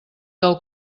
del